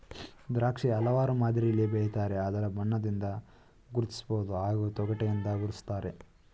ದ್ರಾಕ್ಷಿ ಹಲವಾರು ಮಾದರಿಲಿ ಬೆಳಿತಾರೆ ಅದರ ಬಣ್ಣದಿಂದ ಗುರ್ತಿಸ್ಬೋದು ಹಾಗೂ ತೊಗಟೆಯಿಂದ ಗುರ್ತಿಸ್ತಾರೆ